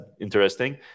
interesting